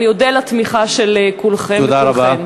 אני אודה על תמיכה של כולכם וכולכן.